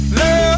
love